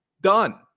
done